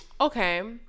Okay